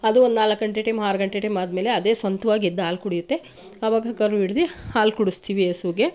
ಅದು ಒಂದು ನಾಲ್ಕು ಗಂಟೆ ಟೈಮ್ ಆರು ಗಂಟೆ ಟೈಮ್ ಆದಮೇಲೆ ಅದೇ ಸ್ವಂತವಾಗಿ ಎದ್ದು ಹಾಲು ಕುಡಿಯುತ್ತೆ ಆವಾಗ ಕರು ಹಿಡ್ದು ಹಾಲು ಕುಡಿಸ್ತೀವಿ ಹಸುಗೆ